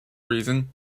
reason